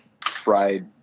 fried